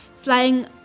flying